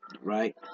right